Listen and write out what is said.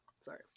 sorry